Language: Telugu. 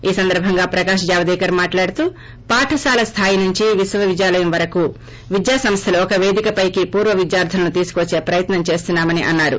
ఈ సందర్సంగా పకాష్ జవదేకర్ మాట్లాడుతూ పాటశాల స్తాయి నుంచి విశ్వ విద్యాలయం వరకు విద్వాసంస్వలు ఒక పేదికపైకి పూర్య విద్యార్ధులను తీసుకువచ్చే ప్రయత్నం చేస్తున్నామని అన్నారు